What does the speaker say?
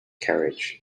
carriage